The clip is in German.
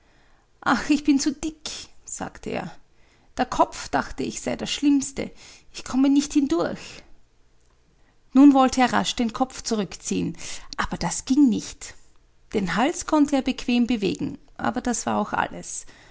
ach ich bin zu dick sagte er der kopf dachte ich sei das schlimmste ich komme nicht hindurch nun wollte er rasch den kopf zurückziehen aber das ging nicht den hals konnte er bequem bewegen aber das war auch alles